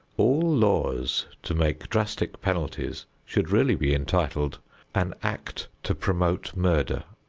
all laws to make drastic penalties should really be entitled an act to promote murder.